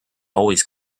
always